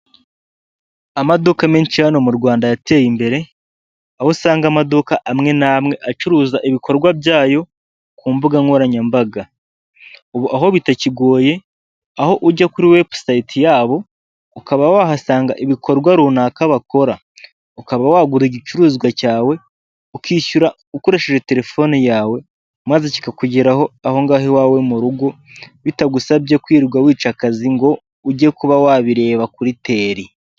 Amaduka menshi hano mu rwanda yateye imbere; aho usanga amaduka amwe n'amwe acuruza ibikorwa byayo ku mbuga nkoranyambaga, aho bitakigoye aho ujya kuri website yabo, ukaba wahasanga ibikorwa runaka bakora, ukaba wagura igicuruzwa cyawe, ukishyura ukoresheje telefone yawe maze kikakugeraho aho ngaho iwawe mu rugo bitagusabye kwirirwa wica akazi ngo ujye kuba wabireba kuri tere.